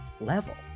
level